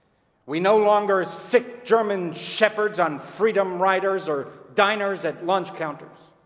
we no longer sic german shepherds on freedom riders or diners at lunch counters.